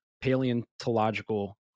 paleontological